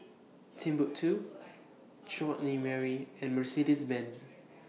Timbuk two Chutney Mary and Mercedes Benz